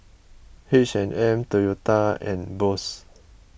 H and M Toyota and Bose